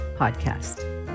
Podcast